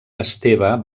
esteve